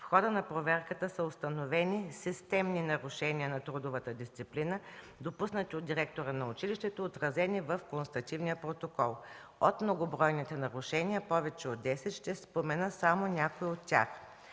В хода на проверката са установени системни нарушения на трудовата дисциплина, допуснати от директора на училището и отразени в констативния протокол. От многобройните нарушения – повече от десет, ще спомена само някои от тях.